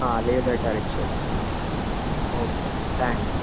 leave letter ఇస్తాను అండి okay thank you